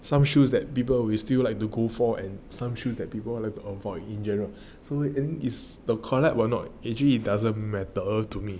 some shoes that people would still like to go for and some shoes that people like to avoid in general so the in is the collab were not actually it doesn't matter to me